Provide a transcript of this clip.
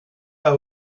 pas